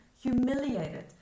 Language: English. humiliated